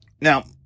now